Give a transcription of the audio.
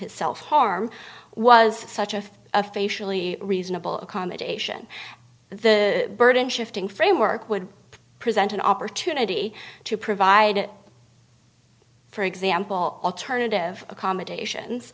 his self harm was such of a facially reasonable accommodation the burden shifting framework would present an opportunity to provide for example alternative accommodation